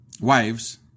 Wives